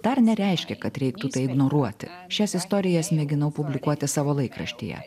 dar nereiškia kad reiktų tai ignoruoti šias istorijas mėginau publikuoti savo laikraštyje